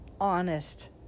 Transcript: honest